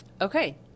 Okay